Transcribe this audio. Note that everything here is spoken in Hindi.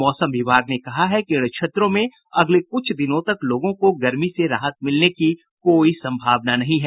मौसम विभाग ने कहा है कि इन क्षेत्रों में अगले कुछ दिनों तक लोगों को गर्मी से राहत मिलने की कोई संभावना नहीं है